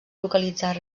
localitzar